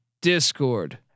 discord